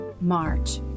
March